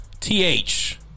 T-H